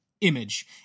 image